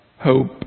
hope